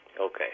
Okay